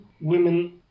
women